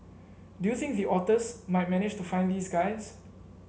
do you think the otters might manage to find these guys